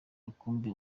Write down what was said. rukumbi